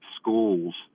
schools